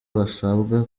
basabwa